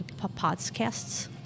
Podcasts